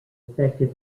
affected